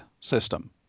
system